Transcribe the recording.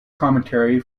commentary